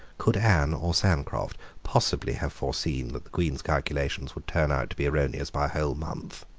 could anne or sancroft possibly have foreseen that the queen's calculations would turn out to be erroneous by a whole month?